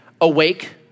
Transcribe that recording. awake